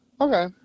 Okay